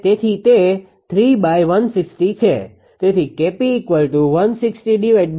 તેથી તે 3160 છે તેથી 𝐾𝑝 છે